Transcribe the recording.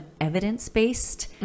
evidence-based